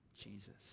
Jesus